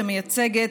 שמייצגת